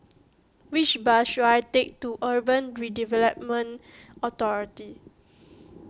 which bus should I take to Urban Redevelopment Authority